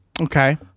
Okay